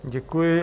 Děkuji.